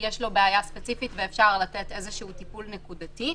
שיש לו בעיה ספציפית ואפשר לתת איזשהו טיפול נקודתי.